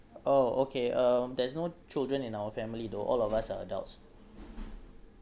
oh okay um there's no children in our family though all of us are adults